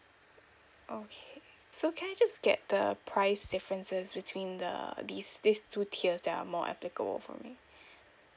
okay so can I just get the price differences between the these these two tiers that are more applicable for me